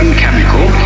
chemical